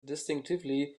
distinctively